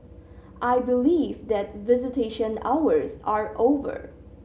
I believe that visitation hours are over